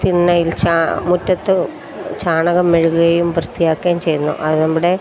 തിണ്ണയിൽ മുറ്റത്ത് ചാണകം മെഴുകുകയും വൃത്തിയാക്കുകയും ചെയ്യുന്നു അത് നമ്മുടെ